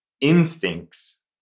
instincts